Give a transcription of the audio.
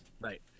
Right